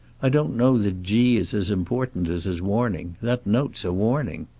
i don't know that g is as important as his warning. that note's a warning.